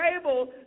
able